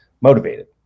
motivated